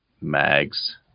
mags